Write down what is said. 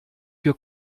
für